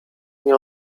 nie